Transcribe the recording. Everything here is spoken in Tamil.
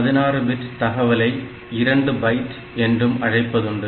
16 பிட் தகவலை 2 பைட் என்றும் அழைப்பதுண்டு